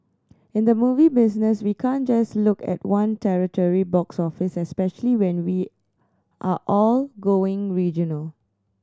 in the movie business we can't just look at one territory box office especially when we are all going regional